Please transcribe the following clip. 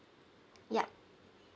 yup